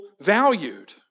valued